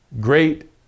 great